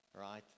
Right